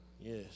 Yes